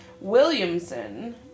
Williamson